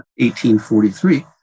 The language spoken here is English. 1843